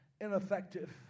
ineffective